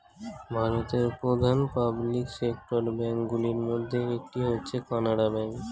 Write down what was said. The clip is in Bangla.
ভারতের প্রধান পাবলিক সেক্টর ব্যাঙ্ক গুলির মধ্যে একটি হচ্ছে কানারা ব্যাঙ্ক